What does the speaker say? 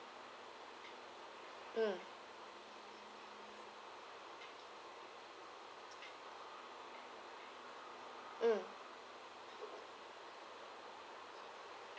mm mm